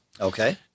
Okay